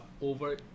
over